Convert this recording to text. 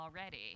already